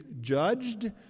judged